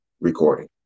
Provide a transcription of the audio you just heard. recording